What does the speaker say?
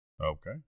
Okay